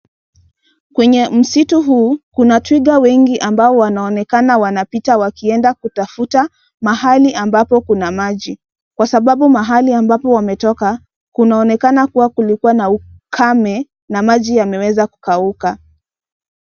Kwenye msitu huu kuna twiga wengi ambao wanaonekana wanapita wakienda kutafuta mahali ambapo kuna maji kwa sababu mahali ambapo wametoka kunaonekana kuwa kulikuwa na ukame na maji yameweza kukauka.